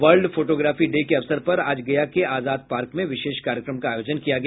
world photography day के अवसर पर आज गया के आजाद पार्क में विशेष कार्यक्रम का आयोजन किया गया